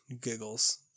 giggles